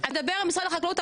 אתה מדבר על משרד החקלאות,